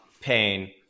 pain